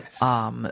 Yes